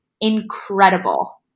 incredible